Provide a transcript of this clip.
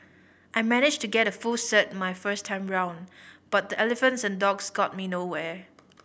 I managed to get a full cert my first time round but the Elephants and Dogs got me nowhere